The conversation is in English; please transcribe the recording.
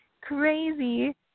crazy